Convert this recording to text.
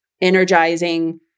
energizing